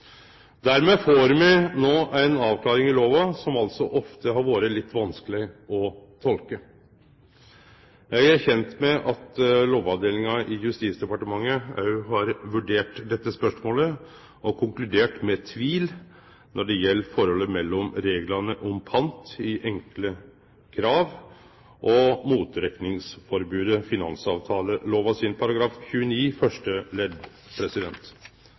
Dermed får me no ei avklaring i lova som altså ofte har vore litt vanskeleg å tolke. Eg er kjend med at Lovavdelinga i Justisdepartementet òg har vurdert dette spørsmålet og konkludert med tvil når det gjeld forholdet mellom reglane om pant i enkle krav og motrekningsforbotet i finansavtalelova § 29 første ledd